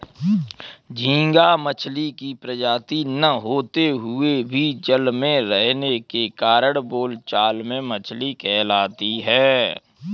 झींगा मछली की प्रजाति न होते हुए भी जल में रहने के कारण बोलचाल में मछली कहलाता है